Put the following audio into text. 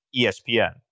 ESPN